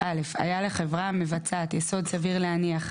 14ז1 (א) היה לחברה מבצעת יסוד סביר להניח,